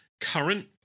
current